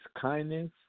kindness